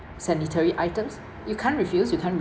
sanitary items you can't refuse you can't